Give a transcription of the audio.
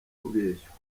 kubeshywa